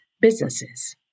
businesses